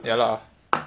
ya lah